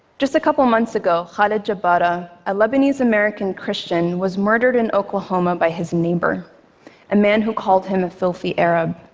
just a couple months ago, khalid jabara, a lebanese-american christian, was murdered in oklahoma by his neighbor a man who called him a filthy arab.